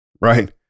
right